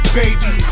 baby